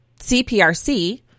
CPRC